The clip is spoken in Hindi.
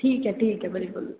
ठीक है ठीक है बड़ी बोल